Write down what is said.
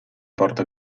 porta